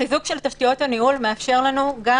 החיזוק של תשתיות הניהול מאפשר לנו גם